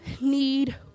need